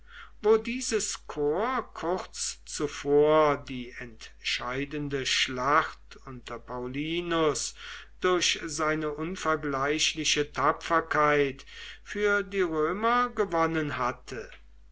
wo dieses korps kurz zuvor die entscheidende schlacht unter paullinus durch seine unvergleichliche tapferkeit für die römer gewonnen hatte